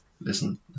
listen